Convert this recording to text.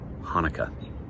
Hanukkah